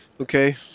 Okay